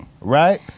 Right